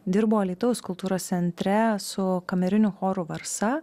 dirbo alytaus kultūros centre su kameriniu choru varsa